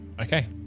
Okay